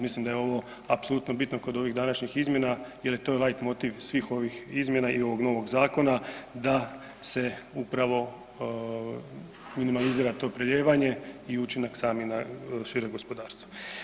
Mislim da je ovo apsolutno bitno kod ovih današnjih izmjena jer je to ovaj motiv svih ovih izmjena i ovog novog zakona da se upravo minimalizira to prelijevanje i učinak sami na šire gospodarstvo.